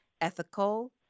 ethical